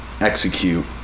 execute